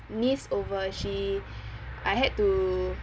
niece over she I had to